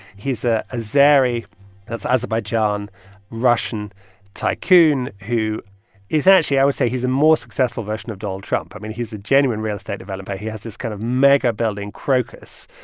he's an ah azeri that's azerbaijan russian tycoon who is actually i would say he's a more successful version of donald trump. i mean, he's a genuine real estate developer. he has this kind of mega-building, crocus,